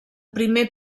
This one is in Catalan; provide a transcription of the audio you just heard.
primer